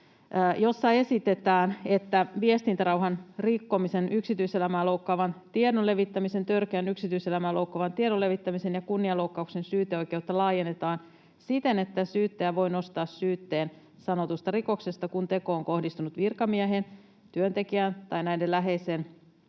Siinä esitetään: ”Viestintärauhan rikkomisen, yksityiselämää loukkaavan tiedon levittämisen, törkeän yksityiselämää loukkaavan tiedon levittämisen ja kunnianloukkauksen syyteoikeutta laajennetaan siten, että syyttäjä voi nostaa syytteen sanotusta rikoksesta, kun teko on kohdistunut virkamieheen, työntekijään tai näiden läheiseen